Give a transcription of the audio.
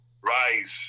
rise